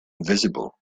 visible